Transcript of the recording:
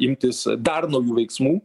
imtis dar naujų veiksmų